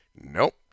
Nope